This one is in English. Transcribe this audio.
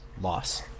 Loss